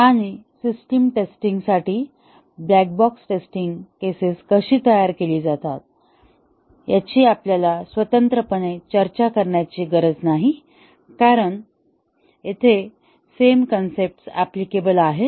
आणि system testing साठी black box testing cases कशी तयार केली जातील याची आपल्याला स्वतंत्रपणे चर्चा करण्याची गरज नाही कारण येथे सेम कंसेप्ट्स अप्लिकेबल आहेत